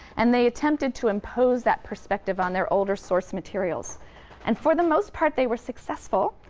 and they attempted to impose that perspective on their older source materials and for the most part they were successful.